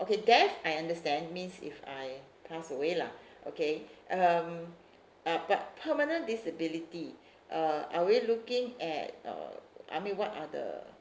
okay death I understand means if I pass away lah okay um uh but permanent disability err are we looking at uh I mean what are the